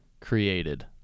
created